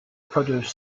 produce